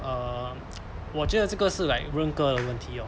um 我觉得这个是 like 人格的问题哦